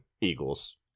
Eagles